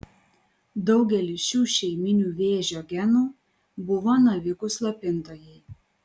daugelis šių šeiminių vėžio genų buvo navikų slopintojai